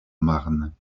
marne